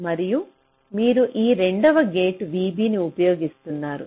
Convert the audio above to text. మరియు మీరు ఈ రెండవ గేట్ vB ఉపయోగిస్తున్నారు